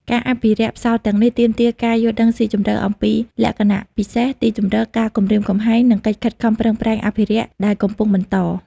ការអភិរក្សផ្សោតទាំងនេះទាមទារការយល់ដឹងស៊ីជម្រៅអំពីលក្ខណៈពិសេស ទីជម្រក ការគំរាមកំហែង និងកិច្ចខិតខំប្រឹងប្រែងអភិរក្សដែលកំពុងបន្ត។